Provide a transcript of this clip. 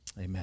Amen